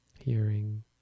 hearing